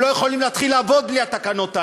הם לא יכולים להתחיל לעבוד בלי התקנות האלה.